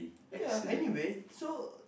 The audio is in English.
ya anyway so